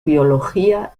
biología